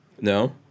no